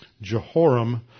Jehoram